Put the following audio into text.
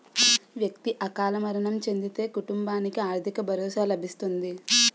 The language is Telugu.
వ్యక్తి అకాల మరణం చెందితే కుటుంబానికి ఆర్థిక భరోసా లభిస్తుంది